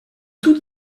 tout